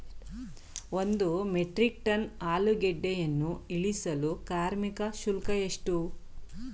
ಒಂದು metric tonne ಆಲೂಗೆಡ್ಡೆಯನ್ನು ಇಳಿಸಲು ಕಾರ್ಮಿಕ ಶುಲ್ಕ ಎಷ್ಟು?